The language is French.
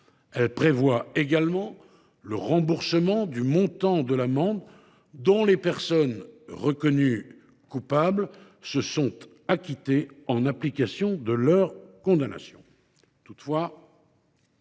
jour. Est également prévu le remboursement de l’amende dont les personnes reconnues coupables se sont acquittées en application de leur condamnation.